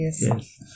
Yes